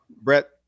Brett